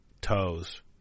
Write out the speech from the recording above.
toes